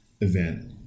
event